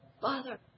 Father